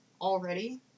already